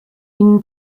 ihnen